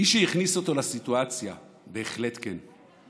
מי שהכניס אותו לסיטואציה בהחלט כן.